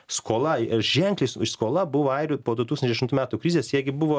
skola ženkliai skola buvo airių po du tūkstančiai aštuntų metų krizės jie gi buvo